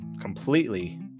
completely